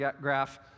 graph